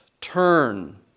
Turn